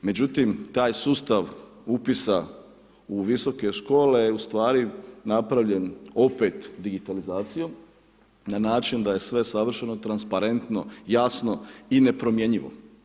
Međutim, taj sustav upisa u visoke škole je ustvari napravljen opet digitalizacijom, na način, da je sve savršeno, transparentno, jasno i nepromjenjivo.